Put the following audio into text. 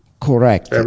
Correct